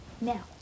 now